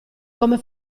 come